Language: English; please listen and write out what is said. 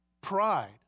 pride